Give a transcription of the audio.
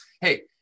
hey